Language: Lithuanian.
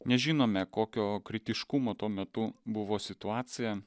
nežinome kokio kritiškumo tuo metu buvo situacija